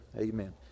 Amen